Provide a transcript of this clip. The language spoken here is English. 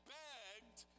begged